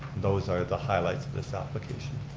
those are the highlights of this application.